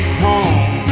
home